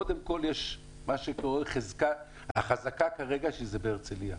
קודם כל, יש מה שנקרא החזקה שכרגע היא בהרצליה.